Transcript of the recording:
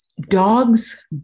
Dogs